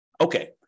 Okay